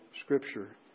Scripture